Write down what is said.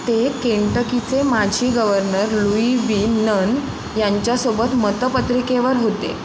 ते केंटकीचे माजी गव्हर्नर लुई बी नन यांच्यासोबत मतपत्रिकेवर होते